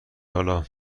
حالا